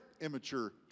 immature